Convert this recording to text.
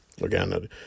Again